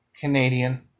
Canadian